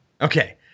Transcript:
Okay